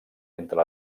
entre